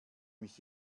mich